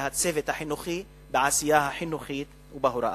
והצוות החינוכי יתמקדו בעשייה חינוכית ובהוראה.